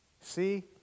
See